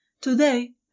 Today